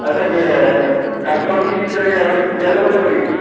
আচ্ছা কে কাচকলখিনি কেনেকৈ আগতে সিজাই ল'ব লাগিব নেকি